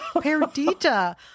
Perdita